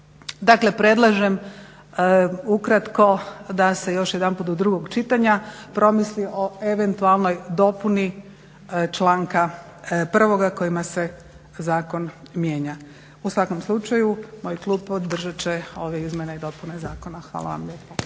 Dakle, predlažem ukratko da se još jedanput do drugog čitanja promisli o eventualnoj dopuni članka 1. kojima se zakon mijenja. U svakom slučaju, moj klub podržat će ove izmjene i dopune Zakona. Hvala vam lijepo.